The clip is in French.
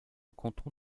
canton